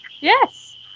Yes